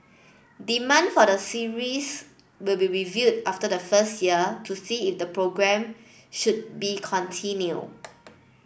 demand for the series will be reviewed after the first year to see if the programme should be continue